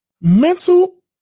Mental